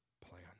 plan